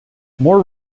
more